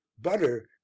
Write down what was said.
butter